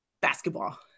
Basketball